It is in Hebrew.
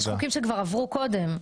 יש חוקים שכבר עברו קודם.